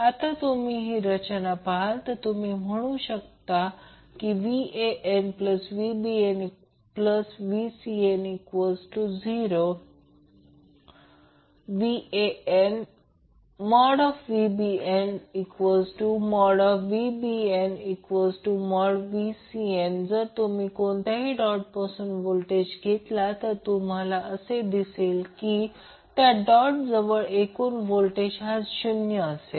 आता जेव्हा तुम्ही रचना पहाल तर तुम्ही सहज म्हणू शकता VanVbnVcn0 VanVbnVcn जर तुम्ही कोणत्याही एका डॉटपासून व्होल्टेज घेतला तर तुम्हाला असे दिसेल की त्या डॉटजवळ एकूण व्होल्टेज हा 0 आहे